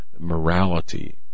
morality